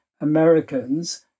Americans